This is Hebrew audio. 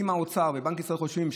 אם האוצר ובנק ישראל חושבים,